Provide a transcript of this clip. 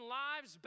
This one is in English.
lives